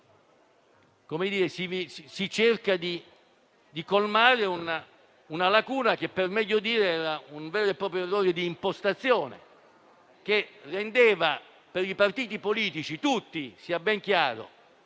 si cerca di colmare una lacuna o, per meglio dire, un vero e proprio errore di impostazione, che determinava per tutti i partiti politici (sia ben chiaro,